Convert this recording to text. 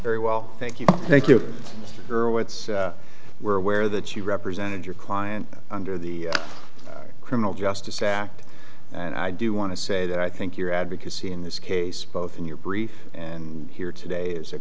very well thank you thank you earl whites were aware that you represented your client under the criminal justice act and i do want to say that i think your advocacy in this case both in your brief and here today is a